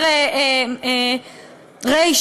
אומר ר',